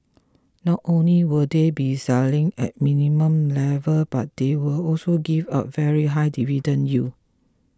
not only will they be selling at minimal level but they will also give up very high dividend yields